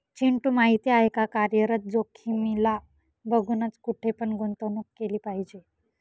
चिंटू माहिती आहे का? कार्यरत जोखीमीला बघूनच, कुठे पण गुंतवणूक केली पाहिजे